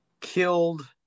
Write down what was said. killed